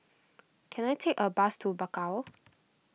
can I take a bus to Bakau